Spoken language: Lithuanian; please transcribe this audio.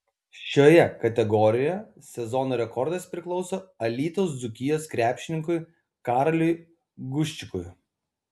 šioje kategorijoje sezono rekordas priklauso alytaus dzūkijos krepšininkui karoliui guščikui